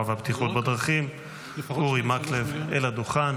והבטיחות בדרכים אורי מקלב אל הדוכן.